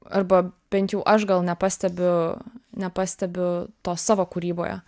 arba bent jau aš gal nepastebiu nepastebiu to savo kūryboje